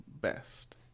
best